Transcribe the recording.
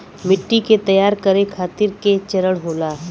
मिट्टी के तैयार करें खातिर के चरण होला?